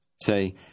Say